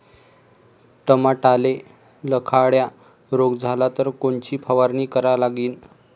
टमाट्याले लखड्या रोग झाला तर कोनची फवारणी करा लागीन?